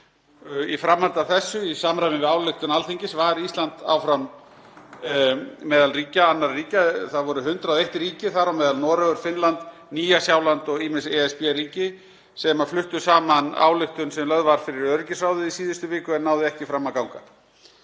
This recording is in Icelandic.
Í framhaldi af þessu, í samræmi við ályktun Alþingis, var Ísland áfram meðal annarra ríkja. Það var 101 ríki, þar á meðal Noregur, Finnland, Nýja-Sjáland og ýmis ESB-ríki sem fluttu saman ályktun sem lögð var fyrir öryggisráðið í síðustu viku en náði ekki fram að ganga.